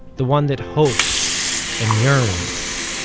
the one that hopes and yearns.